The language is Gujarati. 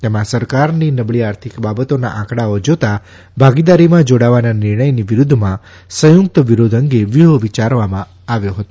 તેમાં સરકારની નબળી આર્થિક બાબતોના આંકડાઓ જોતાં ભાગીદારીમાં જોડાવાના નિર્ણયની વિરૂધ્ધમાં સંયુકત વિરોધ અંગે વ્યૂહ વિચારવામાં આવ્યો હતો